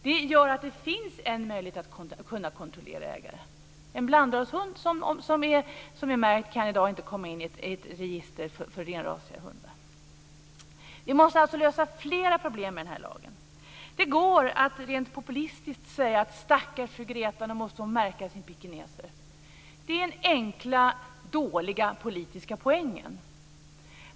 Det gör att det finns en möjlighet att kontrollera ägaren. En blandrashund som är märkt kan i dag inte komma in i ett register för renrasiga hundar. Vi måste alltså lösa flera problem med den här lagen. Det går att rent populistiskt säga: Stackar fru Greta, nu måste hon märka sin pekines. Det är den enkla dåliga politiska poängen.